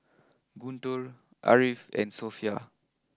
Guntur Ariff and Sofea